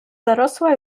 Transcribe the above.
zarosła